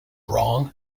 wrong